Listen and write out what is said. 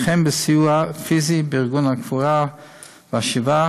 וכן בסיוע פיזי בארגון הקבורה והשבעה,